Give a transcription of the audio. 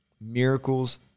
Miracles